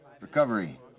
Recovery